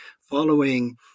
following